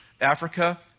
Africa